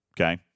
Okay